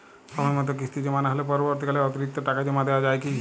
সময় মতো কিস্তি জমা না হলে পরবর্তীকালে অতিরিক্ত টাকা জমা দেওয়া য়ায় কি?